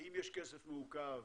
האם יש כסף מעוכב,